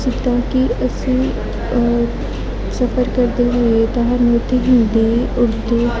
ਜਿੱਦਾਂ ਕਿ ਅਸੀਂ ਸਫ਼ਰ ਕਰਦੇ ਹੋਈਏ ਤਾਂ ਸਾਨੂੰ ਓਥੇ ਹਿੰਦੀ ਉਰਦੂ